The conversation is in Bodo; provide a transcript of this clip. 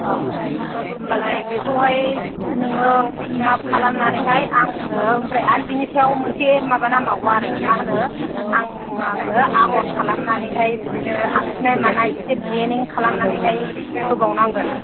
औ होनबालाय बेखौहाय नोङो माब खालामनानैहाय आंनो आमफ्राय आर बिनि सायाव मोनसे माबा नांबावगौ आरो मा होनो आं आंनो आगर खालामनानैहाय बिदिनो आखिनाय मानाय एसे दिजेनिं खालामनानै होबाव नांगोन